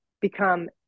become